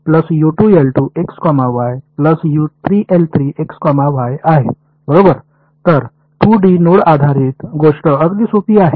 तर 2 D node आधारित गोष्ट अगदी सोपी आहे